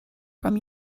from